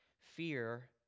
Fear